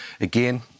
again